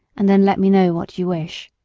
and then let me know what you wish.